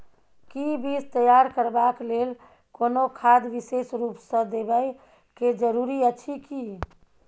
कि बीज तैयार करबाक लेल कोनो खाद विशेष रूप स देबै के जरूरी अछि की?